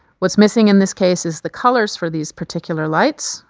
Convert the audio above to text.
what's missing in this case is the colors for these particular lights,